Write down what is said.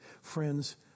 Friends